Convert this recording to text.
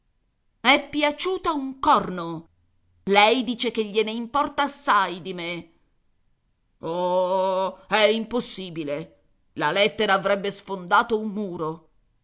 è piaciuta un corno lei dice che gliene importa assai di me oh oh è impossibile la lettera avrebbe sfondato un muro